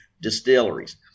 distilleries